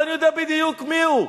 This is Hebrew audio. אבל אני יודע בדיוק מי הוא.